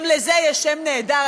גם לזה יש שם נהדר,